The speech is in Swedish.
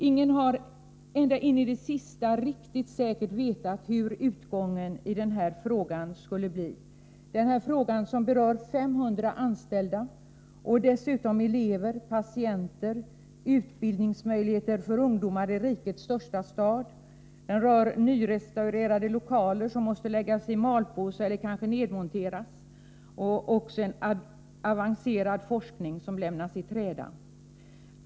Ingen har in i det sista riktigt säkert vetat hur utgången i denna fråga skulle bli, en fråga som berör 500 anställda och dessutom elever och patienter, utbildningsmöjligheterna för ungdomarna i rikets största stad, nyrestaurerade lokaler, som måste läggas i malpåse eller kanske nedmonteras, samt avancerad forskning som lämnats i träda.